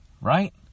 right